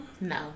No